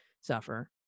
suffer